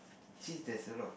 cheese there is a lot